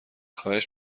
خواهش